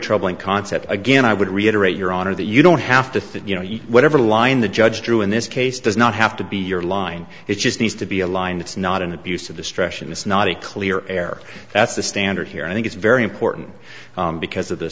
troubling concept again i would reiterate your honor that you don't have to think you know whatever line the judge threw in this case does not have to be your line it just needs to be a line it's not an abuse of destruction it's not a clear air that's the standard here i think it's very important because of the